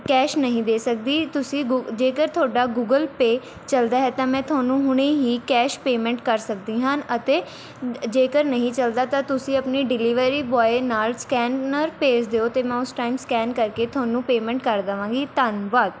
cash ਨਹੀਂ ਦੇ ਸਕਦੀ ਤੁਸੀਂ ਗੂ ਜੇਕਰ ਤੁਹਾਡਾ ਗੂਗਲ ਪੇਅ ਚੱਲਦਾ ਹੈ ਤਾਂ ਮੈਂ ਤੁਹਾਨੂੰ ਹੁਣੇ ਹੀ ਕੈਸ਼ ਪੇਮੈਂਟ ਕਰ ਸਕਦੀ ਹਾਂ ਅਤੇ ਜੇਕਰ ਨਹੀਂ ਚੱਲਦਾ ਤਾਂ ਤੁਸੀਂ ਆਪਣੇ ਡਿਲੀਵਰੀ ਬੁਆਏ ਨਾਲ ਸਕੈਨਰ ਭੇਜ ਦਿਓ ਅਤੇ ਮੈਂ ਉਸ ਟਾਈਮ ਸਕੈਨ ਕਰਕੇ ਤੁਹਾਨੂੰ ਪੇਮੈਂਟ ਕਰ ਦੇਵਾਂਗੀ ਧੰਨਵਾਦ